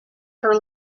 her